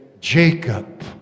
Jacob